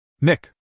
Nick